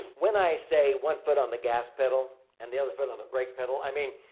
when i say one foot on the gas pedal and the other foot on the brake pedal, i mean,